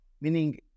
meaning